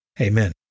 Amen